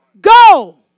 Go